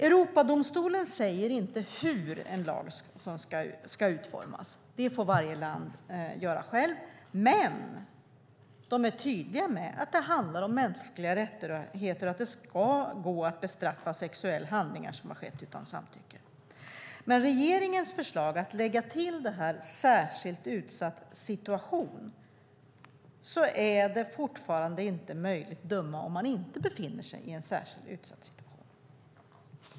Europadomstolen säger inte hur en lag ska utformas, det får varje land göra självt, men domstolen är tydlig med att det handlar om mänskliga rättigheter och att det ska gå att bestraffa sexuella handlingar som har skett utan samtycke. Med regeringens förslag att lägga till "särskilt utsatt situation" är det fortfarande inte möjligt att döma om man inte befinner sig i en särskilt utsatt situation.